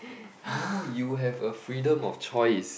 no you have a freedom of choice